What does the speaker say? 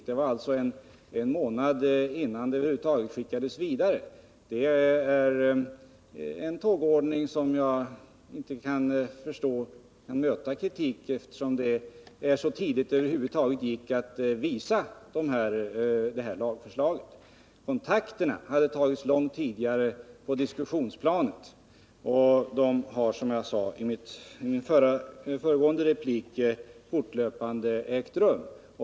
Parterna fick alltså se förslaget en månad innan det skickades vidare, och det är en tågordning som knappast borde möta kritik, eftersom lagförslaget visades så tidigt som det över huvud taget gick. Kontakterna hade tagits långt tidigare på diskussionsplanet, och de har — som jag sade i min föregående replik — fortlöpande ägt rum.